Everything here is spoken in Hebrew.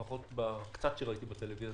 לפחות במעט שראיתי בטלוויזיה,